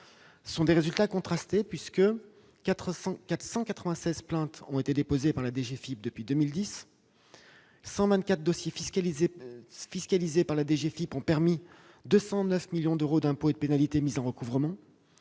sont contrastés, puisque 496 plaintes ont été déposées par la DGFiP depuis 2010 ; 124 dossiers fiscalisés par la DGFiP ont permis 209 millions d'euros d'impôts et de pénalités mis en recouvrement